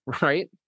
right